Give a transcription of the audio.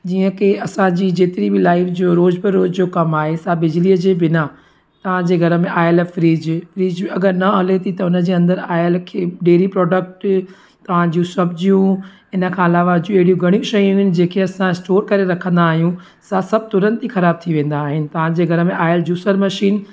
जीअं की असांजी जेतिरी बि लाइफ़ु जो रोज़ु जो रोज़ु जो कमु आहे असां बिजलीअ जे बिना त घर में आयल फ्रिज फ्रिज अगरि न हले थी त हुन जी अंदरि आयल रखी डेरी प्रॉडक्ट तव्हांजो सब्जियूं इन खां अलावा अहिड़ियूं घणियूं शयूं आहिनि जेके असां स्टोर करे रखंदा आहियूं असां सभु तुरंत ई ख़राबु थी वेंदा आहिनि तव्हांजे घर में आयलु जूसर मशीन